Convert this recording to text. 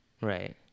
right